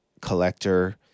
collector